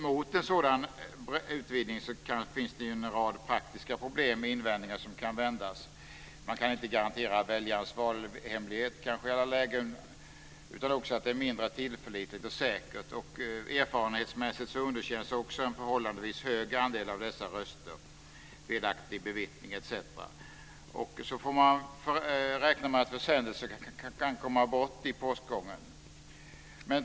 Mot en sådan utvidgning talar en rad praktiska problem och invändningar. Man kan inte garantera valhemligheten i alla lägen. Det är också mindre tillförlitligt och säkert. Erfarenhetsmässigt underkänns en förhållandevis stor andel av dessa röster på grund av felaktig bevittning etc. Man får också räkna med att försändelser kan komma bort i postgången.